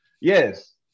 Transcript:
yes